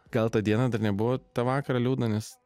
gal tą dieną dar nebuvo tą vakarą liūdna nes